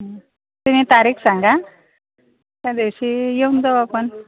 तुम्ही तारीख सांगा त्या दिवशी येऊन जाऊ आपण